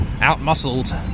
out-muscled